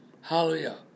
Hallelujah